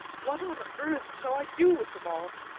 what on earth shall i do with them all?